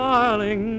Darling